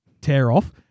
tear-off